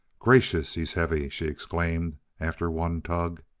gracious, he's heavy! she exclaimed, after one tug.